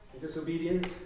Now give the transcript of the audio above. disobedience